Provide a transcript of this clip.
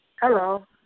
Hello